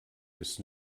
ist